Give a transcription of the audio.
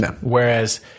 Whereas